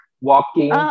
walking